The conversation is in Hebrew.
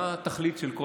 מה התכלית של כל